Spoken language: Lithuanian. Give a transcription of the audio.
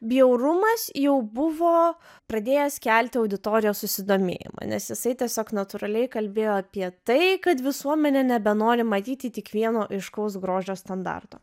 bjaurumas jau buvo pradėjęs kelti auditorijos susidomėjimą nes jisai tiesiog natūraliai kalbėjo apie tai kad visuomenė nebenori matyti tik vieno aiškaus grožio standarto